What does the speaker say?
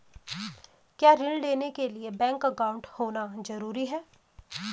क्या ऋण लेने के लिए बैंक अकाउंट होना ज़रूरी है?